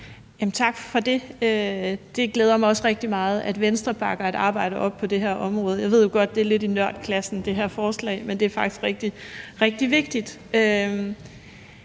Tak for det. Det glæder mig også rigtig meget, at Venstre bakker op om et arbejde på det her område. Jeg ved godt, at det her forslag er lidt er i nørdklassen, men det er faktisk rigtig, rigtig vigtigt.